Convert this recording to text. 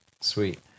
sweet